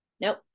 nope